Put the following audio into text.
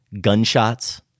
Gunshots